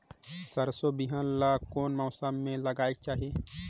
सरसो कर बिहान ला कोन मौसम मे लगायेक चाही?